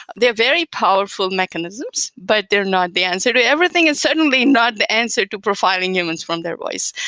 they're very powerful mechanisms, but they're not the answer to everything, and certainly not the answer to profiling humans from their voice,